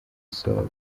soul